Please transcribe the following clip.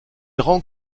rend